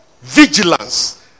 Vigilance